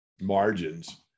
margins